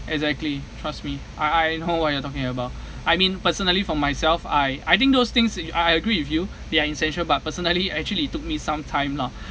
exactly trust me I I know what you're talking about I mean personally for myself I I think those things I I agree with you they are essential but personally actually it took me some time lah